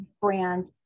brand